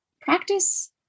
practice